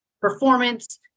performance